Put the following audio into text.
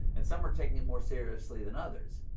and some are taking it more seriously than others.